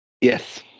Yes